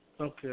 Okay